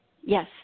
Yes